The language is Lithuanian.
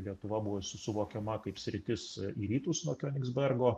lietuva buvo su suvokiama kaip sritis į rytus nuo kionigsbergo